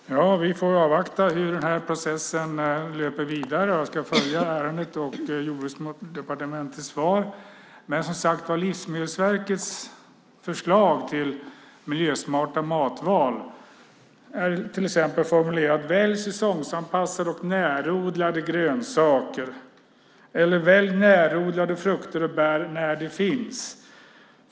Fru talman! Vi får avvakta hur den här processen löper vidare. Jag ska följa ärendet och Jordbruksdepartementets svar. Livsmedelsverkets förslag till miljösmarta matval är till exempel formulerat "Välj säsongsanpassade och närodlade grönsaker!" eller "Välj närodlade frukter och bär när de finns!".